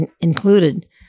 included